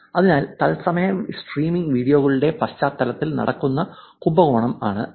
അതിനാൽ തത്സമയ സ്ട്രീമിംഗ് വീഡിയോകളുടെ പശ്ചാത്തലത്തിൽ നടക്കുന്ന കുംഭകോണം ആണ് അത്